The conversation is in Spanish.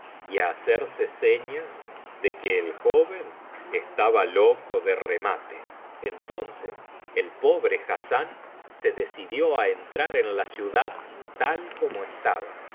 y hacerse señas de que el joven estaba loco de remate entonces el pobre hassán se decidió á entrar en la ciudad tal como estaba